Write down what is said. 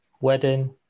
wedding